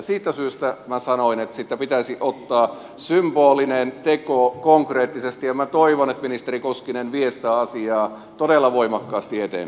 siitä syystä minä sanoin että pitäisi tehdä symbolinen teko konkreettisesti ja minä toivon että ministeri koskinen vie sitä asiaa todella voimakkaasti eteenpäin